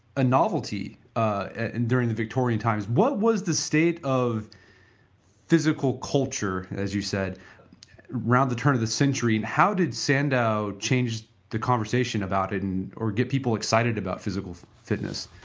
a novelty and during the victorian times. what was the state of physical culture as you said around the turn of the century and how did sandow changed the conversation about and or get people excited about physical fitness?